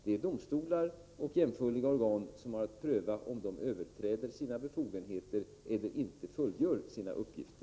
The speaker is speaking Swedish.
Det är domstolar och jämförliga organ som har att pröva om utgivaren har överträtt sina befogenheter eller inte fullgjort sina skyldigheter.